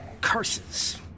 Curses